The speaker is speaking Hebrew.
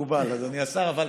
מקובל, אדוני השר.